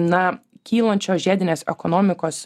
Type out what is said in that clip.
na kylančios žiedinės ekonomikos